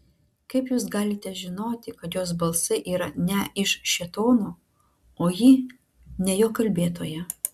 kaip jūs galite žinoti kad jos balsai yra ne iš šėtono o ji ne jo kalbėtoja